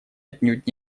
отнюдь